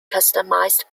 customized